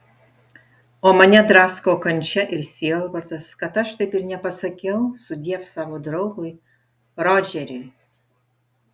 o mane drasko kančia ir sielvartas kad aš taip ir nepasakiau sudiev savo draugui rodžeriui